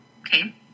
Okay